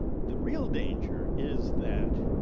the real danger is that